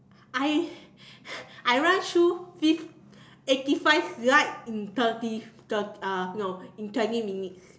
I I run through this eighty five slide in thirty thirty uh no in twenty minutes